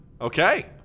Okay